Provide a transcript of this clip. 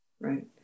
Right